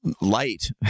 light